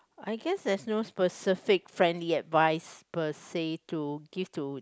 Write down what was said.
I guess there's no specific friendly advise per say to give to